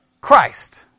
Christ